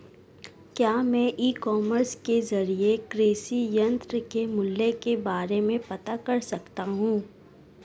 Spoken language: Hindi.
क्या मैं ई कॉमर्स के ज़रिए कृषि यंत्र के मूल्य के बारे में पता कर सकता हूँ?